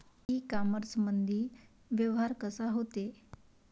इ कामर्समंदी व्यवहार कसा होते?